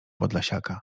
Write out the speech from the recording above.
podlasiaka